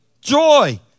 joy